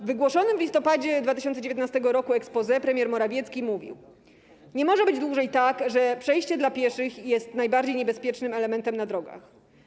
W wygłoszonym w listopadzie 2019 r. exposé premier Morawiecki mówił: „Nie może być dłużej tak, że przejście dla pieszych jest najbardziej niebezpiecznym elementem na drogach.